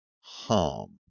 harm